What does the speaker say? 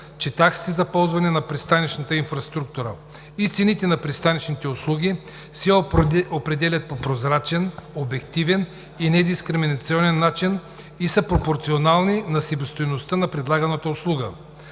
че таксите за ползване на пристанищната инфраструктура и цените на пристанищните услуги се определят по прозрачен, обективен и недискриминационен начин и са пропорционални на себестойността на предлаганата услуга.